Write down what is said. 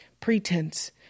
pretense